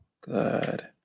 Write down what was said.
Good